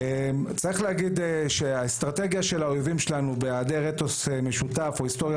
צריך להגיד שהאסטרטגיה של האויבים שלנו בהיעדר אתוס משותף או היסטוריה